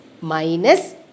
minus